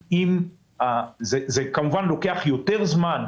זה כמובן לוקח יותר זמן,